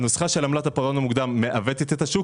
הנוסחה של עמלת הפירעון המוקדם מעוותת את השוק,